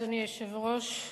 אדוני היושב-ראש,